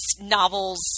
novels